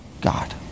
God